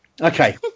Okay